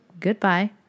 Goodbye